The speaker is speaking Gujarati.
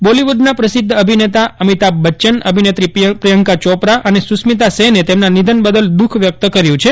બોલીવુડના પ્રસિદ્ધ અભીનેતા અમિતાભ બચ્યન અભિનેત્રી પ્રિયંકા ચોપરા અને સુસ્મિતા સેને તેમના નિધન બદલ દુઃખ વ્યક્ત કર્યું છે